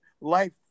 life